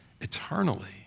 eternally